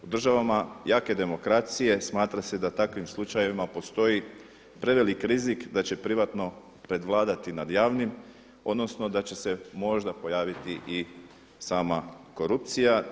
U državama jake demokracije smatra se da takvim slučajevima postoji prevelik rizik da će privatno prevladati nad javnim odnosno da će se možda pojaviti i sama korupcija.